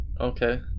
Okay